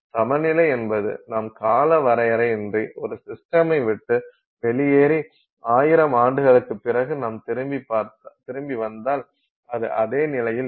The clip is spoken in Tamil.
சமநிலை என்பது நாம் காலவரையறையின்றி ஒரு சிஸ்டமை விட்டு வெளியேறி ஆயிரம் ஆண்டுகளுக்குப் பிறகு நாம் திரும்பி வந்தால் அது அதே நிலையில் இருக்கும்